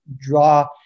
draw